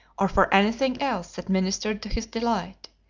or for anything else that ministered to his delight.